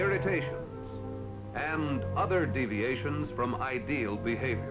irritation and other deviations from ideal behav